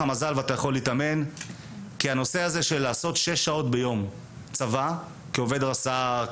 מזל ואתה יכול להתאמן כין שש שעות צבא ביום כעובד רס"ר,